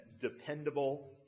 dependable